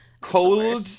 Cold